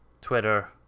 Twitter